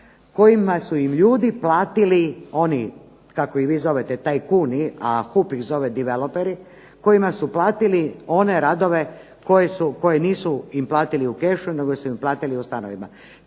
kojima su im ljudi platili oni kako ih vi zovete tajkuni, a HUP ih zove developeri kojima su platili one radove koje nisu im platili u kešu nego su im platili u stanovima.